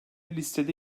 listede